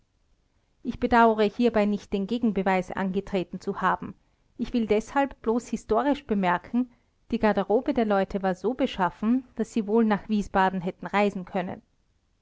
ich bedauere hierbei nicht den gegenbeweis angetreten zu haben ich will deshalb bloß historisch bemerken die garderobe der leute war so beschaffen daß sie wohl nach wiesbaden hätten reisen können